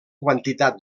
quantitat